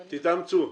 תתאמצו.